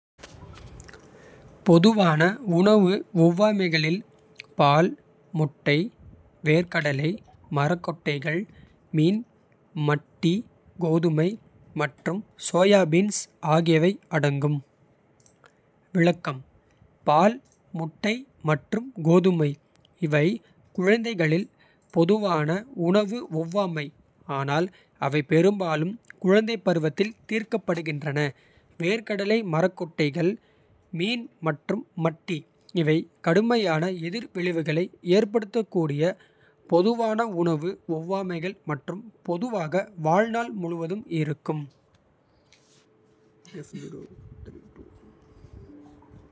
பொதுவான உணவு ஒவ்வாமைகளில் பால். முட்டை, வேர்க்கடலை, மரக் கொட்டைகள். மீன், மட்டி, கோதுமை மற்றும் சோயாபீன்ஸ். ஆகியவை அடங்கும் விளக்கம். பால், முட்டை மற்றும் கோதுமை. இவை குழந்தைகளில் பொதுவான உணவு ஒவ்வாமை. ஆனால் அவை பெரும்பாலும் குழந்தை பருவத்தில் தீர்க்கப்படுகின்றன. வேர்க்கடலை, மரக் கொட்டைகள், மீன் மற்றும் மட்டி. இவை கடுமையான எதிர்விளைவுகளை ஏற்படுத்தக்கூடிய. பொதுவான உணவு ஒவ்வாமைகள் மற்றும். பொதுவாக வாழ்நாள் முழுவதும் இருக்கும்.